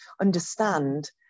understand